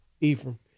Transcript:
Ephraim